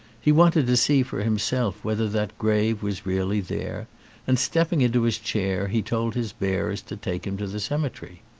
he wanted to see for himself whether that grave was really there and stepping into his chair he told his bearers to take him to the cemetery.